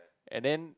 and then